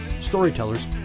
Storytellers